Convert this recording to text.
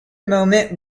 moment